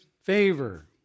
favor